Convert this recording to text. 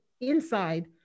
inside